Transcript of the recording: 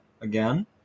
again